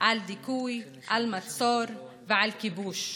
על דיכוי, על מצור ועל כיבוש,